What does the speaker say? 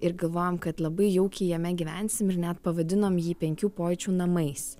ir galvojam kad labai jaukiai jame gyvensim ir net pavadinom jį penkių pojūčių namais